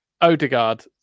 Odegaard